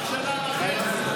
לא מספיק, רק שנה וחצי.